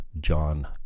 John